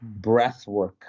breathwork